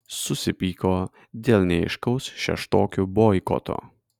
susipyko dėl neaiškaus šeštokių boikoto